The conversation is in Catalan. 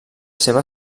seva